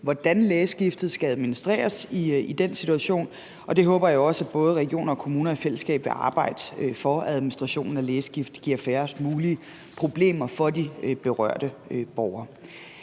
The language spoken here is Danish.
hvordan lægeskiftet skal administreres i den situation, og jeg håber også, at både regioner og kommuner i fællesskab vil arbejde for, at administrationen af lægeskift giver færrest mulige problemer for de berørte borgere.